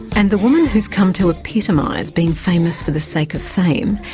and the woman who has come to epitomise being famous for the sake of fame,